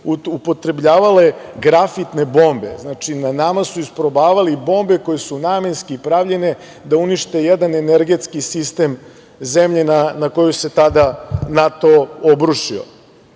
upotrebljavale grafitne bombe, na nama su isprobavali bombe koje su namenski pravljene da unište jedan energetski sistem zemlje na koju se tada NATO obrušio. Nije